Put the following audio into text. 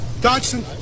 Dodson